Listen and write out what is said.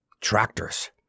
Tractors